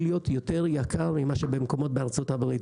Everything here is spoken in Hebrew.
להיות יותר יקר מאשר מקומות בארצות הברית,